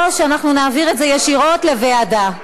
או שאנחנו נעביר את זה ישירות לוועדה.